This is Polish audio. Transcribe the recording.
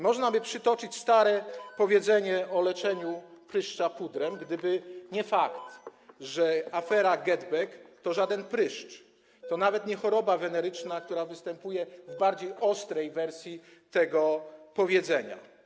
Można by przytoczyć stare powiedzenie o leczeniu pryszcza pudrem, gdyby nie fakt, że afera GetBack to nie pryszcz, to nawet nie choroba weneryczna, która występuje w bardziej ostrej wersji tego powiedzenia.